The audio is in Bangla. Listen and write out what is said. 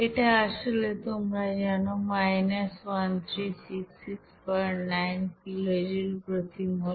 এটা আসলে তোমরা জান 13669 কিলোজুল প্রতি মোল